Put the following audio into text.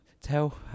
tell